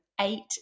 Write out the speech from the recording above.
eight